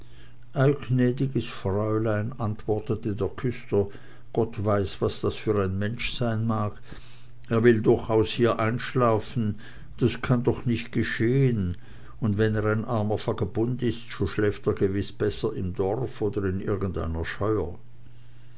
gnädiges fräulein antwortete der küster gott weiß was das für ein mensch mag sein er will durchaus hier einschlafen das kann doch nicht geschehen und wenn er ein armer vagabund ist so schläft er gewiß besser im dorf in irgendeiner scheuer